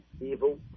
evil